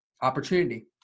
Opportunity